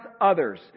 others